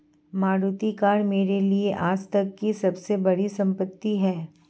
Maruti car मेरे लिए आजतक की सबसे बड़ी संपत्ति है